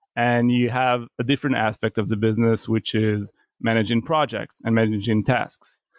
and you have a different aspect of the business, which is managing projects and managing tasks.